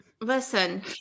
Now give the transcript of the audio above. listen